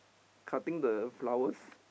cutting the flowers